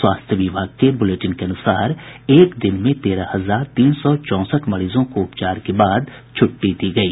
स्वास्थ्य विभाग के बुलेटिन के अनुसार एक दिन में तेरह हजार तीन सौ चौंसठ मरीजों को उपचार के बाद छुट्टी दी गयी